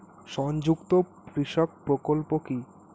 সংযুক্ত কৃষক প্রকল্প কি?